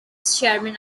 sherman